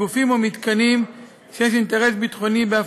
התשע"ז 2017. יציג את הצעת החוק סגן שר הביטחון אלי בן-דהן.